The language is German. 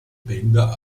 bänder